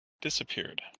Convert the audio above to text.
disappeared